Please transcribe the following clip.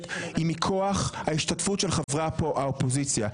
היא מכוח ההשתתפות של חברי האופוזיציה.